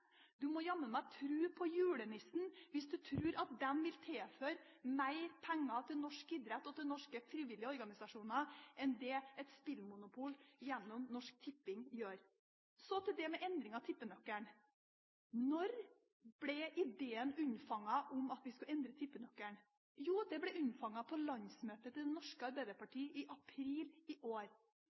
Du må jammen meg tro på julenissen hvis du tror at de vil tilføre mer penger til norsk idrett og til norske frivillige organisasjoner enn det et spillmonopol gjennom Norsk Tipping gjør. Så til det med endring av tippenøkkelen. Når ble ideen om at vi skal endre tippenøkkelen, unnfanget? Jo, den ble unnfanget på landsmøtet til Det norske Arbeiderparti i april i år.